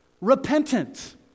repentant